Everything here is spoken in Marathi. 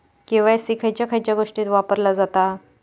के.वाय.सी खयच्या खयच्या गोष्टीत वापरला जाता?